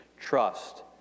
Trust